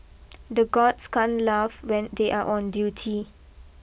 the guards can't laugh when they are on duty